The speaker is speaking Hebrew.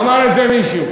אמר את זה מישהו.